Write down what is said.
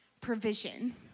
provision